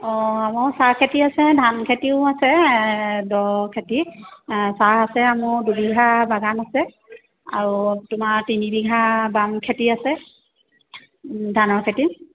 অঁ আমাৰ চাহ খেতি আছে ধান খেতিও আছে দহ খেতি চাহ আছে মোৰ দুবিঘা বাগান আছে আৰু তোমাৰ তিনি বিঘা বাম খেতি আছে ধানৰ খেতি